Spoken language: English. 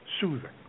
Soothing